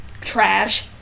trash